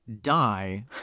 die